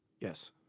Yes